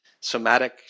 somatic